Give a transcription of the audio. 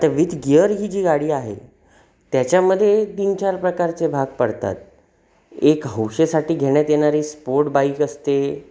तर with gear ही जी गाडी आहे त्याच्यामध्ये तीन चार प्रकारचे भाग पडतात एक हौसेसाठी घेण्यात येणारी स्पोर्ट बाईक असते